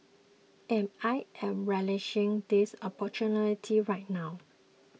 and I am relishing this opportunity right now